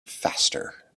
faster